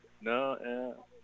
No